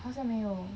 好像没有